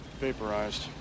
Vaporized